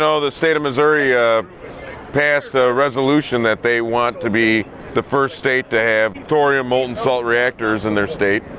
so the state of missouri ah passed a resolution that they want to be the first state to have thorium molten salt reactors in their state.